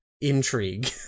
intrigue